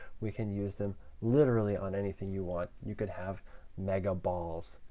we can use them literally on anything you want. you could have mega balls,